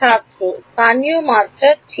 ছাত্র স্থানীয় মাত্রা ঠিক